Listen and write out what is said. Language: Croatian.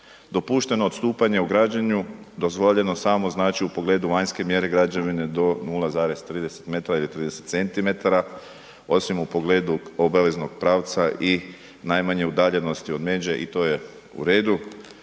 Dopušteno odstupanje u građenju dozvoljeno samo, znači u pogledu vanjske mjere građevine do 0,30 m ili 30 cm, osim u pogledu obaveznog pravca i najmanje udaljenosti od međe i to je u redu.